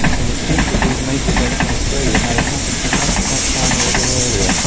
and it seems that these major events in australia may have happened just at that time or a bit earlier,